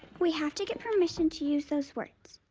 we have to get permission to use those words.